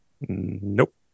Nope